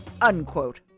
unquote